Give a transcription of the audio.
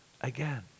Again